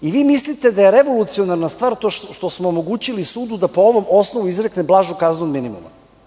Vi mislite da je revolucionarna stvar to što smo omogućili sudu da po ovom osnovu izrekne blažu kaznu od minimuma.